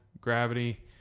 gravity